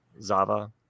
Zava